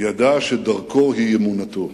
ידע שדרכו היא אמונתו.